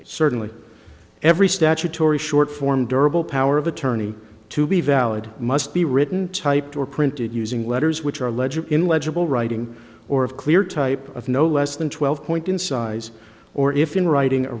language certainly every statutory short form durable power of attorney to be valid must be written typed or printed using letters which are legit in legible writing or of clear type of no less than twelve point in size or if in writing a